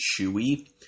chewy